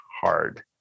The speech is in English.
hard